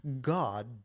God